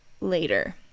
later